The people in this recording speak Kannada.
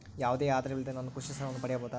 ಯಾವುದೇ ಆಧಾರವಿಲ್ಲದೆ ನಾನು ಕೃಷಿ ಸಾಲವನ್ನು ಪಡೆಯಬಹುದಾ?